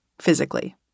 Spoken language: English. physically